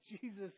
Jesus